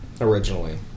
Originally